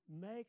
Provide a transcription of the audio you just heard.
make